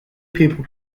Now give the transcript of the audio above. people